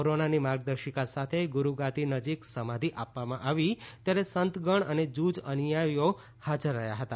કોરોનાની માર્ગદર્શિકા સાથે ગુરૂગાદી નજીક સમાઘિ આપવામાં આવી ત્યારે સંતગણ અને જૂજ અનુયાયીઓ હાજર રહ્યા હતા